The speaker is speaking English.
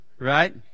Right